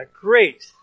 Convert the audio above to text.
Great